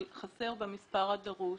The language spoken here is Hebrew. אבל חסרות המילים: "במספר הדרוש".